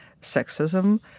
sexism